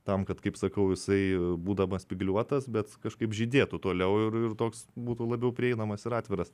tam kad kaip sakau jisai būdamas spygliuotas bet kažkaip žydėtų toliau ir ir toks būtų labiau prieinamas ir atviras